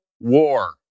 war